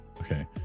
okay